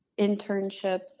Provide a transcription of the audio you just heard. internships